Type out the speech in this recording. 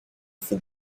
for